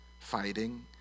fighting